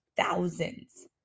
thousands